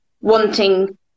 wanting